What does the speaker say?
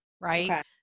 right